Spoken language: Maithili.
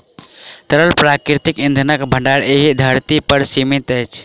तरल प्राकृतिक इंधनक भंडार एहि धरती पर सीमित अछि